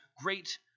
great